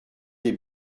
des